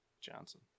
Johnson